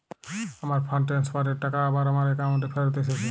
আমার fund transfer এর টাকা আবার আমার একাউন্টে ফেরত এসেছে